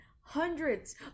hundreds